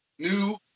new